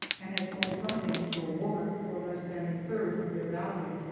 and had sold some things to a woman for less than a third of their value.